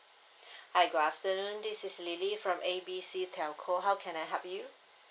hi afternoon this is lily from A B C telco how can I help you